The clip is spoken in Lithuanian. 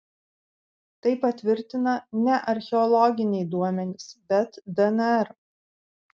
tai patvirtina ne archeologiniai duomenys bet dnr